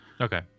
Okay